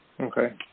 Okay